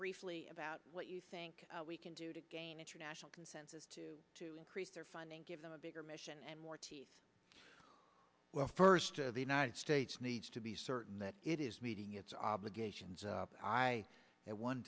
briefly about what you think we can do to gain international consensus to increase their funding give them a bigger mission and more teeth well first of the united states needs to be certain that it meeting its obligations i at one